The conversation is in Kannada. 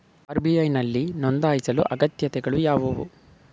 ಆರ್.ಬಿ.ಐ ನಲ್ಲಿ ನೊಂದಾಯಿಸಲು ಅಗತ್ಯತೆಗಳು ಯಾವುವು?